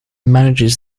manages